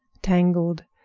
tangled,